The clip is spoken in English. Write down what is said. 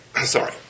Sorry